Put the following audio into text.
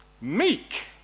meek